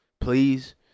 Please